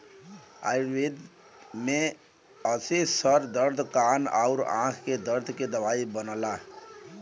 आयुर्वेद में एसे सर दर्द कान आउर आंख के दर्द के दवाई बनला